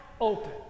open